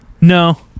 No